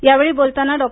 या वेळी बोलताना डॉ